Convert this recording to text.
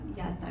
yes